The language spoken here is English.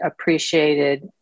appreciated